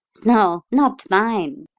no not mine!